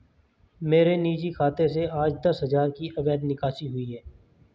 मेरे निजी खाते से आज दस हजार की अवैध निकासी हुई है